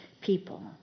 people